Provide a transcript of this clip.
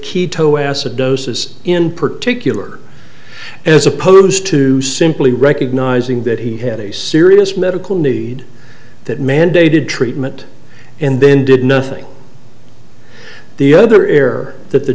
ketoacidosis in particular as opposed to simply recognizing that he had a serious medical need that mandated treatment and then did nothing the other error that the